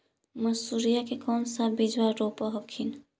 मसुरिया के कौन सा बिजबा रोप हखिन?